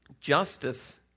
Justice